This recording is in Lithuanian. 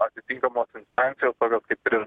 atitinkamos instancijos pagal kaip ir